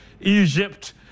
Egypt